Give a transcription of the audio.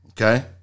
Okay